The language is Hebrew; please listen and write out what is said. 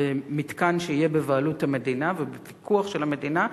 במתקן שיהיה בבעלות המדינה ובפיקוח של המדינה,